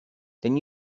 then